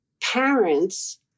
parents